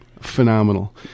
phenomenal